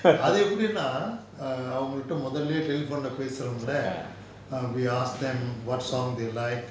அது எப்புடின்னா:athu eppudinna err அவங்கள்ட மொதல்லயே:avangalta mothallayea telephone leh பேசுரோம்ல:pesuromla we ask them what song they like